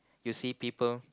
you see people